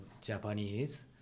Japanese